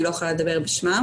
אני לא יכולה לדבר בשמם.